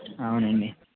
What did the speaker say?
అవునండి